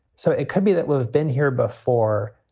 so it could be that we've been here before.